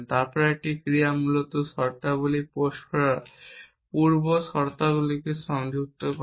এবং তারপর একটি ক্রিয়া মূলত শর্তাবলী পোস্ট করার পূর্ব শর্তগুলিকে সংযুক্ত করে